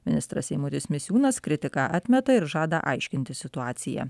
ministras eimutis misiūnas kritiką atmeta ir žada aiškintis situaciją